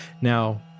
Now